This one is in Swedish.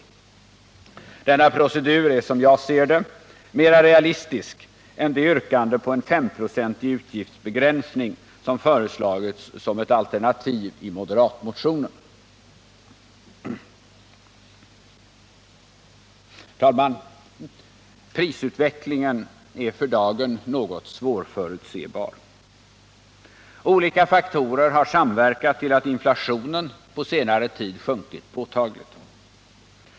Denna procedur är som jag ser det mera realistisk än det yrkande på en femprocentig utgiftsbegränsning som föreslagits som ett alternativ i moderatmotionen. Prisutvecklingen är för dagen något svårförutsebar. Olika faktorer har samverkat till att inflationen på senare tid sjunkit påtagligt.